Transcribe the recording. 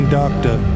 doctor